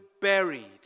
buried